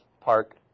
park